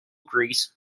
greece